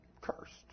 cursed